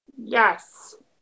Yes